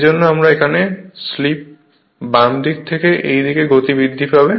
সেজন্য এখানে স্লিপ বাম দিক থেকে এই দিকে গতি বৃদ্ধি পাবে